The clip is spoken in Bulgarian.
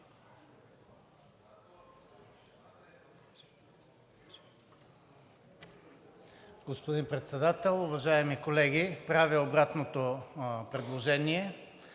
господин Председател, уважаеми колеги! Правя обратно предложение.